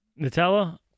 Nutella